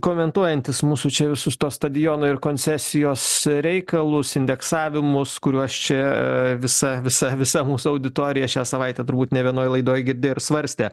komentuojantis mūsų čia visus tuos stadiono ir koncesijos reikalus indeksavimus kuriuos čia visa visa visa mūsų auditorija šią savaitę turbūt ne vienoj laidoj girdėjo ir svarstė